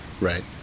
Right